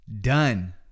done